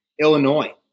Illinois